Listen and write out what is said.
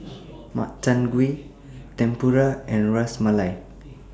Makchang Gui Tempura and Ras Malai